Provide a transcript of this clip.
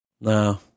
No